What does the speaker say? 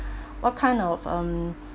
what kind of um